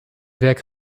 werk